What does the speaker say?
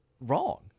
wrong